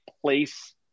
place